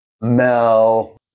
Mel